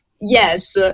yes